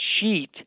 sheet